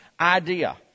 idea